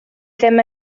ddim